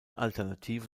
alternative